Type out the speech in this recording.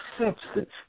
substance